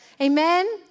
Amen